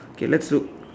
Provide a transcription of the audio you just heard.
okay let's look